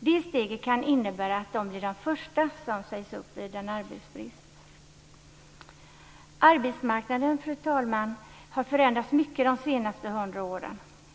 Det steget kan innebära att de blir de första som sägs upp vid en arbetsbrist. Fru talman! Arbetsmarknaden har förändrats mycket de senaste hundra åren.